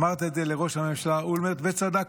אמרת את זה לראש הממשלה אולמרט, וצדקת.